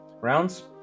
Rounds